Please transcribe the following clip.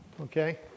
Okay